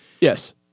yes